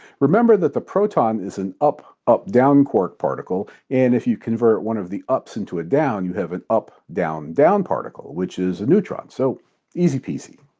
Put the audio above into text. remember that the proton is an up, up, down quark particle and if you convert one of the ups into a down, you have an up, down, down particle, which is a neutron. so easy peasy.